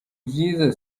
byiza